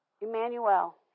Emmanuel